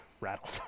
rattled